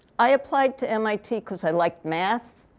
i applied to mit because i liked math.